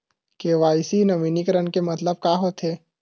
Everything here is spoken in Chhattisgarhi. के.वाई.सी नवीनीकरण के मतलब का होथे?